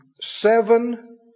seven